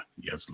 Yes